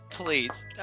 Please